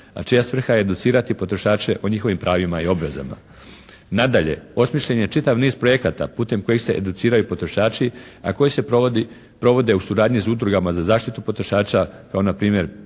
a čija svrha je educirati potrošače o njihovim pravima i obvezama. Nadalje, osmišljen je čitav niz projekata putem kojih se educiraju potrošači, a koji se provode u suradnji s udrugama za zaštitu potrošača kao npr.